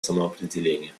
самоопределения